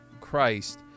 Christ